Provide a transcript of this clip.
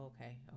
okay